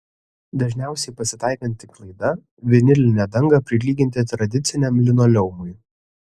dažniausiai pasitaikanti klaida vinilinę dangą prilyginti tradiciniam linoleumui